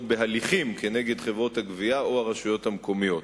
הליכים נגד חברות הגבייה או הרשויות המקומיות.